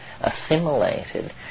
assimilated